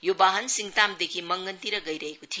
यो वाहन सिइतामदेखि मंगनतिर गइरहेको थियो